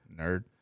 Nerd